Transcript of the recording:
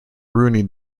rooney